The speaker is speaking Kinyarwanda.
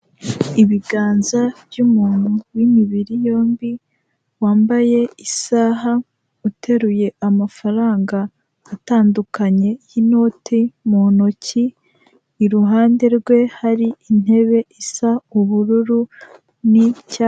Ibiganza by'umuntu w'imibiri yombi wambaye isaha, uteruye amafaranga atandukanye y'inote mu ntoki, iruhande rwe har' intebe isa ubururu n'icya,